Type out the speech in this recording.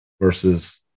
versus